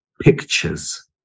pictures